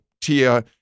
Tia